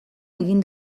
egin